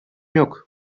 yok